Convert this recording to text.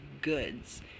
goods